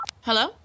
Hello